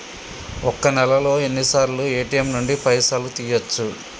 ఒక్క నెలలో ఎన్నిసార్లు ఏ.టి.ఎమ్ నుండి పైసలు తీయచ్చు?